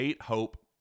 Hope